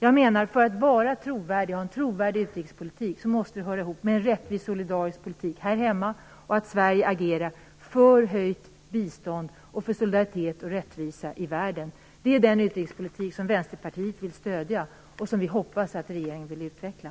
Jag menar att Sverige för att ha en trovärdig utrikespolitik måste ha en rättvis och solidarisk politik här hemma och måste agera för höjt bistånd och för solidaritet och rättvisa i världen. Det är den utrikespolitik som Vänsterpartiet vill stödja och som vi hoppas att regeringen vill utveckla.